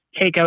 takeout